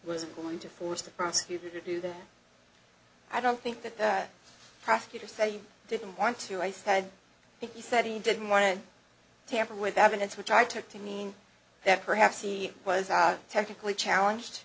was going to force the prosecutor to do that i don't think that the prosecutor said he didn't want to i said he said he didn't want to tamper with evidence which i took to mean that perhaps he was technically challenged